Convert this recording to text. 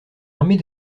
armée